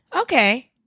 Okay